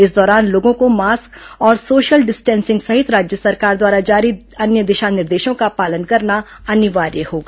इस दौरान लोगों को मास्क और सोशल डिस्टिंसिंग सहित राज्य सरकार द्वारा जारी अन्य दिशा निर्देशों का पालन करना अनिवार्य होगा